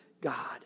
God